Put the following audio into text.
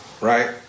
right